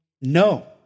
No